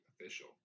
official